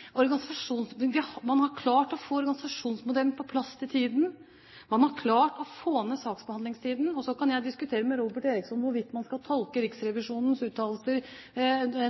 kommer vi galt av sted. Jeg gjentar meg selv, men det kan man ofte gjøre fordi det kan være nyttig: Man har klart å få organisasjonsmodellen på plass i tide, og man har klart å få ned saksbehandlingstiden. Så kan jeg diskutere med Robert Eriksson hvorvidt man skal tolke Riksrevisjonens uttalelser